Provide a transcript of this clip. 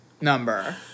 number